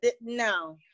no